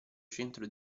centro